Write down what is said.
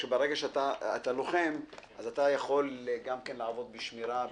שכאשר אתה מוגדר כלוחם אתה יכול גם לעבוד בשמירה,